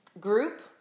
group